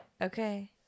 Okay